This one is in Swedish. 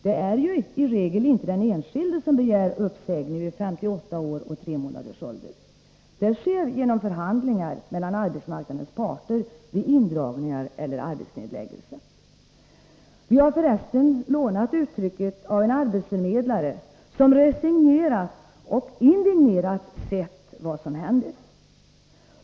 Det är i regel inte den enskilde som begär uppsägning vid en ålder av 58 år och tre månader. Det sker genom förhandlingar mellan arbetsmarknadens parter vid indragningar eller arbetsnedläggelser. Vi har för resten lånat uttryckssättet av en arbetsförmedlare som resignerat och indignerat sett vad som händer.